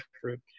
fruit